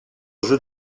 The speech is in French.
jeu